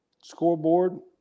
scoreboard